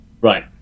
Right